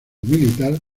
militar